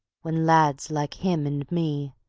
when lads like him and me,